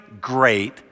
great